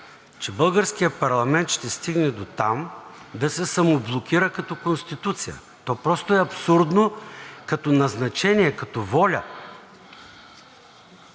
че българският парламент ще стигне дотам да се самоблокира като конституция, то просто е абсурдно като назначение, като воля.